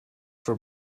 for